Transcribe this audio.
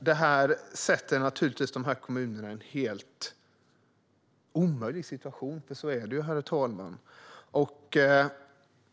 Detta sätter kommunerna i en omöjlig situation.